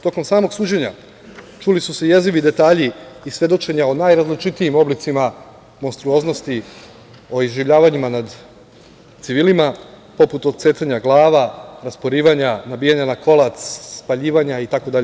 Tokom samog suđenja čuli su se jezivi detalji i svedočenja o najrazličitijim oblicima monstruoznosti i iživljavanjima nad civilima, poput odsecanja glava, rasporivanja, nabijanja na kolac, spaljivanja itd.